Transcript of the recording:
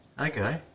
Okay